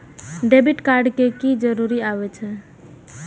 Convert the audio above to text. Debit card के की जरूर आवे छै?